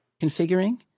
configuring